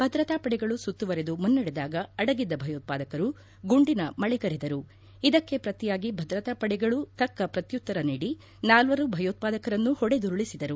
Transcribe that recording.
ಭದ್ರತಾ ಪಡೆಗಳು ಸುತ್ತುವರೆದು ಮುನ್ನಡೆದಾಗ ಅಡಗಿದ್ದ ಭಯೋತ್ವಾದಕರು ಗುಂಡಿನ ಮಳೆಗರೆದರು ಇದಕ್ಕೆ ಪ್ರತಿಯಾಗಿ ಭದ್ರತಾ ಪಡೆಗಳೂ ತಕ್ಕ ಪ್ರತ್ಯುತ್ತರ ನೀಡಿ ನಾಲ್ವರು ಭಯೋತ್ಪಾದಕರನ್ನು ಹೊಡೆದುರುಳಿಸಿದರು